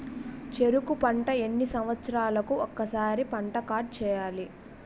చెరుకు పంట ఎన్ని సంవత్సరాలకి ఒక్కసారి పంట కార్డ్ చెయ్యాలి?